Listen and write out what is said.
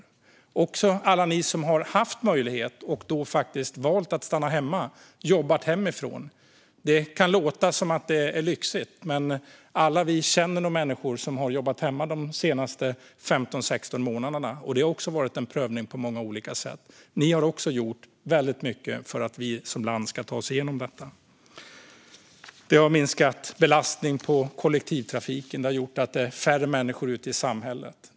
Det gäller även alla som har haft möjlighet och som har valt att stanna hemma och jobba hemifrån. Det kan låta lyxigt. Men vi känner nog alla någon som har jobbat hemifrån de senaste 15 16 månaderna. Det har också varit en prövning, på olika sätt. Ni har också gjort väldigt mycket för att vi som land ska ta oss igenom detta. Det har minskat belastningen på kollektivtrafiken, och det har gjort att färre människor är ute i samhället.